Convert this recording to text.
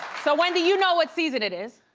so wendy you know what season it is.